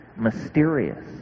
mysterious